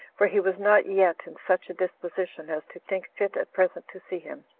for he was not yet in such a disposition as to think fit at present to see him.